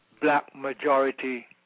black-majority